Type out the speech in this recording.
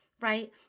right